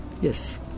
Yes